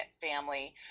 family